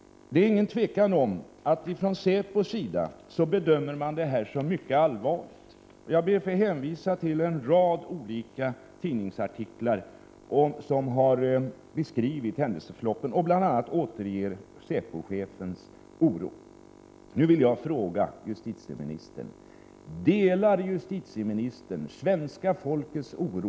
Det är inget tvivel om att säpo bedömer det inträffade som mycket allvarligt. Jag ber att få hänvisa till en rad olika tidningsartiklar som har beskrivit händelseförloppen och bl.a. återger säpo-chefens oro.